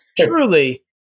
truly